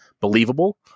believable